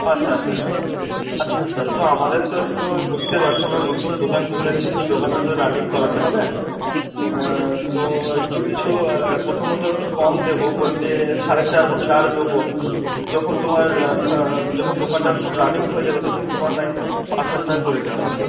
পাঁচ হাজার টাকা আচ্ছা আচ্ছা তো আমাদের তো একটু বুঝতেই পারছ আমরা নতুন দোকান খুলেছি দোকানটা তো রানিং করাতে হবে তো একটু কিছু প্রথম প্রথম একটু কম দেবো বলতে সাড়ে চার বা চার দবো যখন তোমার যখন দোকানটার খুব রানিং হয়ে যাবে তখন তোমার নাহয় পাঁচ হাজার টাকা করে দেওয়া হবে